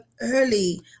early